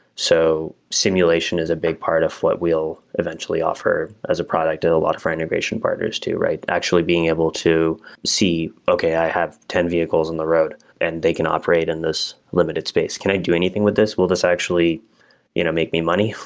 so simulation is a big part of what we'll eventually offer as a product with a lot of our integration partners too, right? actually being able to see, okay i have ten vehicles on the road and they can operate in this limited space. can i do anything with this? will this actually you know make me money?